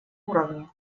уровне